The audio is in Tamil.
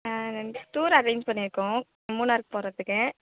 ஆ நாங்கள் டூர் அரேஞ்ச் பண்ணிருக்கோம் மூனார் போகறத்துக்கு